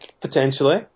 potentially